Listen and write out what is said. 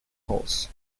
pulse